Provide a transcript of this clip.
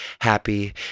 happy